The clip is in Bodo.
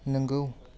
नोंगौ